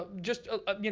but just, ah um you know,